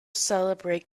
celebrate